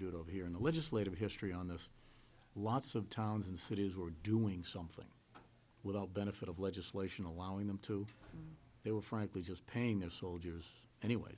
you do it over here in the legislative history on this lots of towns and cities were doing something without benefit of legislation allowing them to they were frankly just paying their soldiers anyway